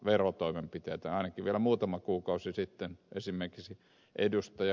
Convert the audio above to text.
ainakin vielä muutama kuukausi sitten esimerkiksi ed